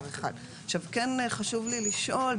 חשוב לי לשאול,